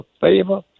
favor